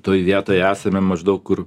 toje vietoj esame maždaug kur